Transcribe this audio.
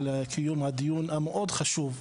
על קיום הדיון המאוד חשוב.